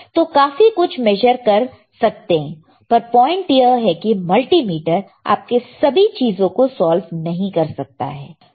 तो काफी कुछ मेजर कर सकते हैं पर पॉइंट यह है कि मल्टीमीटर आपके सभी चीजों को सॉल्व नहीं कर सकता है